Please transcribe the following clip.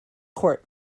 court